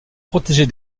protéger